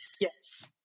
Yes